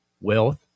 wealth